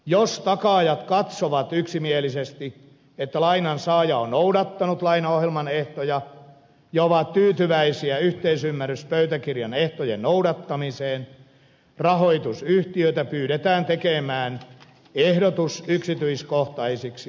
jos takaajat katsovat yksimielisesti että lainansaaja on noudattanut lainaohjelman ehtoja ja ovat tyytyväisiä yhteisymmärryspöytäkirjan ehtojen noudattamiseen rahoitusyhtiötä pyydetään tekemään ehdotus yksityiskohtaisiksi lainaehdoiksi